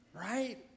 right